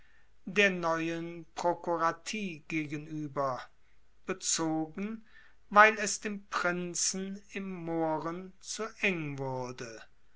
der neuen prokuratie gegenüber bezogen weil es dem prinzen im mohren zu eng wurde